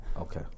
Okay